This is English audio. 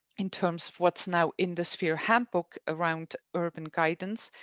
in terms of what's now in the sphere handbook around urban guidance.